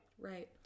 Right